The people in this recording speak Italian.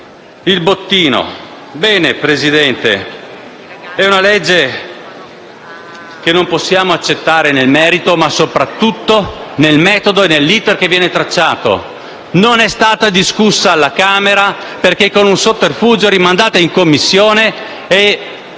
Signor Presidente, questa è una legge che non possiamo accettare nel merito ma, soprattutto, nel metodo e nell'*iter* che viene tracciato. Non è stata discussa alla Camera perché, con un sotterfugio, è stata rimandata in Commissione.